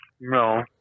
No